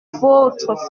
votre